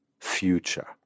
future